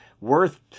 worth